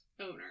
owner